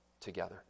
together